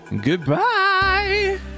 Goodbye